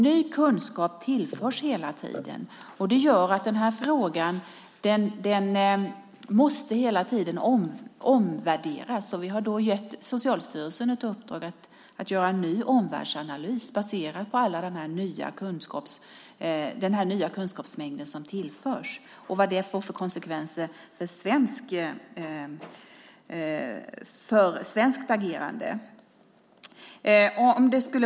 Ny kunskap tillförs alltså hela tiden, vilket gör att frågan ständigt måste omvärderas. Vi har därför gett Socialstyrelsen i uppdrag att göra en ny omvärldsanalys baserad på all den mängd ny kunskap som tillförs samt analysera vilka konsekvenser det får för svenskt agerande.